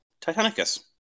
Titanicus